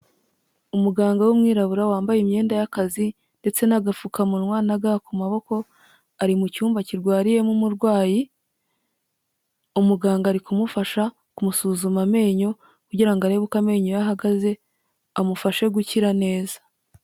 Umuganga w'umwirabura wambaye imyenda y'akazi ndetse n'agafukamunwa na ga ku maboko, ari mucyumba kirwariyemo umurwayi, umuganga ari kumufasha kumusuzuma amenyo kugira ngo arebe uko amenyo ye ahagaze, amufashe gukira neza.